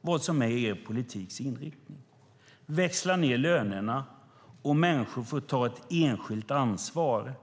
vad som är er politiks inriktning? Det handlar om att växla ned lönerna och att människor får ta ett enskilt ansvar.